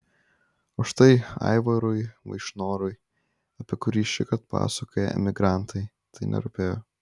o štai aivarui vaišnorui apie kurį šįkart pasakoja emigrantai tai nerūpėjo